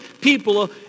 people